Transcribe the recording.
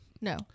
No